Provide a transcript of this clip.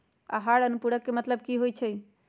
आहार अनुपूरक के मतलब की होइ छई?